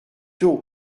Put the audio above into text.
tôt